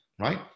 right